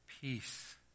peace